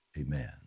Amen